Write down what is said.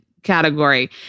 category